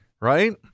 Right